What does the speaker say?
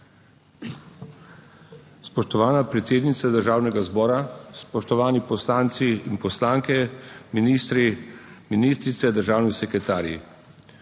Spoštovana predsednica Državnega zbora, spoštovani poslanci in poslanke, ministri, ministrice, državni sekretarji!